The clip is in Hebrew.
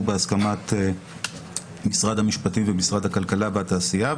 בהסכמת משרד המשפטים ומשרד הכלכלה והתעשייה.